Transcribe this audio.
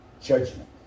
Judgment